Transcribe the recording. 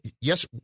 yes